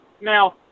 Now